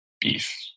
beef